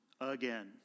again